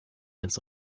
ins